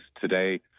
today